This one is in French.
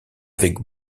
avec